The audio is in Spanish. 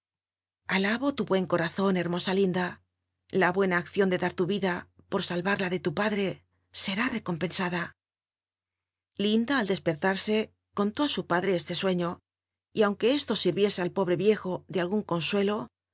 alabo tu buen corazon hermosa linda la buena accion de dar tu vida por salvar la de lu padre será recompensada linda al despertarse contó á su padre este sueño y aunque esto si iese al pobre viejo de algun consuelo